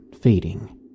fading